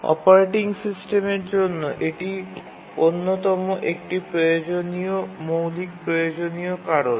operating সিস্টেমের জন্য এটি অন্যতম একটি মৌলিক প্রয়োজনীয় কারণ